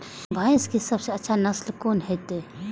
भैंस के सबसे अच्छा नस्ल कोन होते?